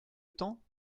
temps